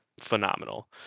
phenomenal